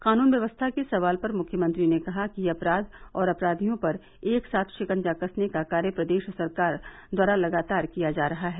कानून व्यवस्था के सवाल पर मुख्यमंत्री ने कहा कि अपराध और अपराधियों पर एक साथ शिकंजा कसने का कार्य प्रदेश सरकार द्वारा लगातार किया जा रहा है